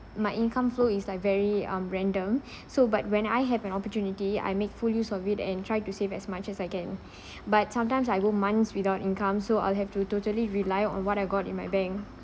my income flow is like very um random so but when I have an opportunity I make full use of it and try to save as much as I can but sometimes I go months without income so I'll have to totally rely on what I got in my bank